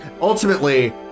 ultimately